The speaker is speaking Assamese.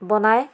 বনায়